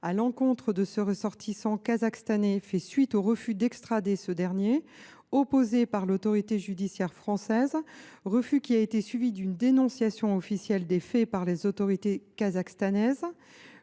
à l’encontre de ce ressortissant kazakhstanais, fait suite au refus d’extrader ce dernier opposé par l’autorité judiciaire française, refus qui a été suivi d’une dénonciation officielle des faits par les autorités kazakhstanaises.